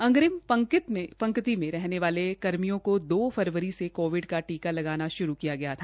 अंग्रिम पंकित में रहने वाले कर्मियों को दो फरवरी से कोविड का टीका लगाना श्रू किया गया था